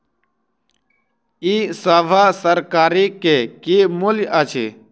ई सभ तरकारी के की मूल्य अछि?